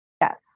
Yes